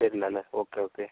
തരില്ലാല്ലേ okay okay